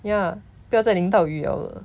ya 不要在淋到雨了了